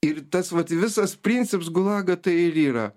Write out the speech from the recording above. ir tas vat visas principas gulagą tai ir yra